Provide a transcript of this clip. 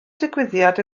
digwyddiad